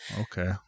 Okay